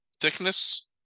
Thickness